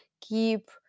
keep